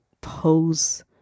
pose